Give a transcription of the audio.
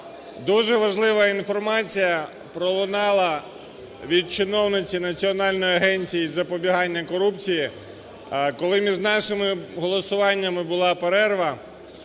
дуже важлива інформація пролунала від чиновниці Національної агенції з запобігання корупції, коли між нашими голосуваннями була перерва,